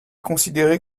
considéré